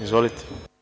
Izvolite.